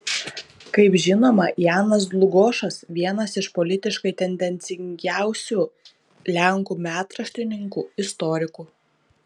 kaip žinoma janas dlugošas vienas iš politiškai tendencingiausių lenkų metraštininkų istorikų